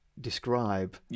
describe